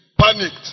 Panicked